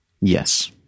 Yes